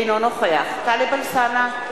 אינו נוכח טלב אלסאנע,